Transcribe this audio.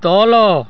ତଳ